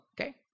okay